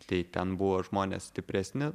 tai ten buvo žmonės stipresni